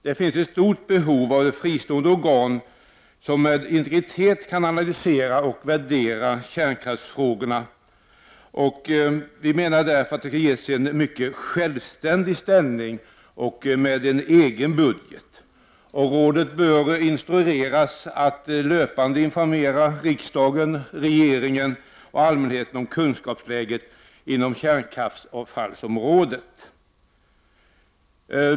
Det finns ett stort behov av fristående organ som med integritet kan analysera och värdera kärnkraftsfrågorna, och vi menar därför att rådet bör ges en mycket självständig ställning med en egen budget. Rådet bör instrueras att löpande informera riksdagen, regeringen och allmänheten om kunskapsläget inom kärnkraftsavfallsområdet.